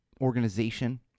organization